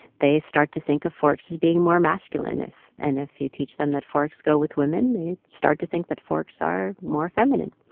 they start to think of forks as being more masculine. and if you teach them that forks go with women, they start to think that forks are more feminine.